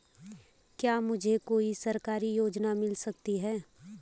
क्या मुझे कोई सरकारी योजना मिल सकती है?